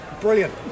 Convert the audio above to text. Brilliant